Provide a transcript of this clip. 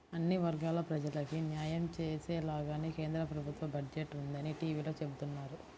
అన్ని వర్గాల ప్రజలకీ న్యాయం చేసేలాగానే కేంద్ర ప్రభుత్వ బడ్జెట్ ఉందని టీవీలో చెబుతున్నారు